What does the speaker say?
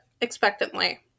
expectantly